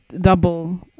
double